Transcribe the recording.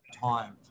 time